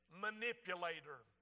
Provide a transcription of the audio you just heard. manipulator